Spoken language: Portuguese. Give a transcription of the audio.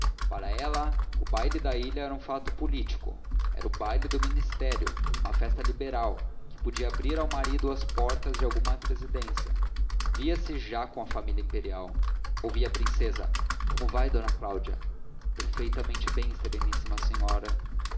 para ela o baile da ilha era um fato político era o baile do ministério uma festa liberal que podia abrir ao marido as portas de alguma presidência via-se já com a família imperial ouvia a princesa como vai d cláudia perfeitamente bem sereníssima senhora